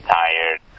tired